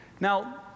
now